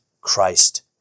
Christ